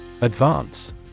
Advance